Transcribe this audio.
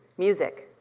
music?